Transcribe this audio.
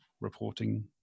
reporting